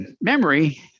memory